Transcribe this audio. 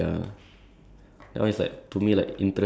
ya to one to one another so